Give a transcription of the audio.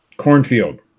Cornfield